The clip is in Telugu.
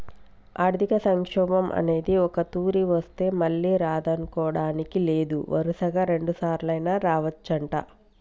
ఆర్థిక సంక్షోభం అనేది ఒక్కతూరి వస్తే మళ్ళీ రాదనుకోడానికి లేదు వరుసగా రెండుసార్లైనా రావచ్చంట